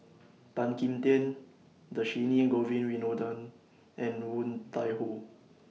Tan Kim Tian Dhershini Govin Winodan and Woon Tai Ho